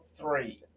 three